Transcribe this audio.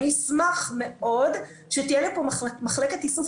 אני אשמח מאוד שתהיה לי פה מחלקת איסוף